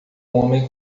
homem